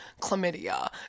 chlamydia